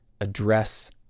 address